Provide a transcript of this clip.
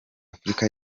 africa